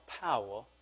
power